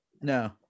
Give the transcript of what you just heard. No